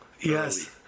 Yes